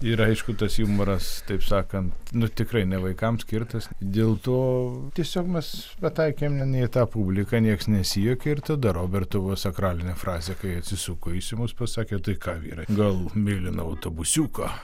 ir aišku tas jumoras taip sakant nu tikrai ne vaikams skirtas dėl to tiesiog mes pataikėm ne į tą publiką nieks nesijuokė ir tada roberto buvo sakralinė frazė kai atsisuko jis į mus ir pasakė tai ką vyrai gal mėlyno autobusiuko